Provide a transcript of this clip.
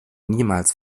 niemals